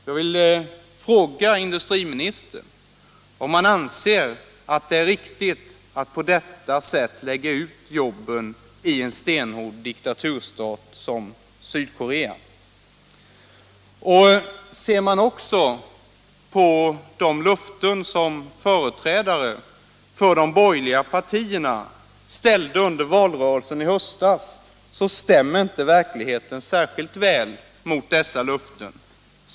Jag vill fråga industriministern om han anser att det är riktigt att på det sättet lägga ut jobben i en stenhård diktaturstat som Sydkorea. Ser man på de löften som företrädare för de borgerliga partierna ställde under valrörelsen i höstas stämmer inte verkligheten särskilt väl med dessa löften.